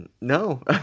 no